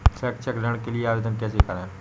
शैक्षिक ऋण के लिए आवेदन कैसे करें?